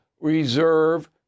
reserve